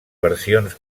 versions